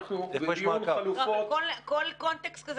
אנחנו בדיון חלופות --- אבל כל קונטקסט כזה,